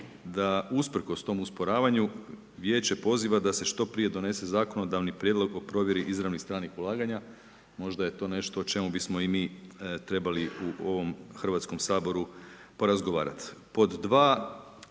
da usprkos tom usporavanju, Vijeće poziva da se što prije donese zakonodavni prijedlog o provjeri izravnih stranih ulaganja, možda je to nešto o čemu bismo i mi trebali u ovom HS-u porazgovarati.